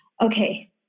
okay